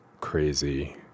crazy